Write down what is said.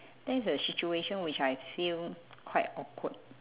that is a situation which I feel quite awkward